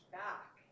back